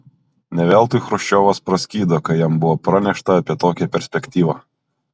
ne veltui chruščiovas praskydo kai jam buvo pranešta apie tokią perspektyvą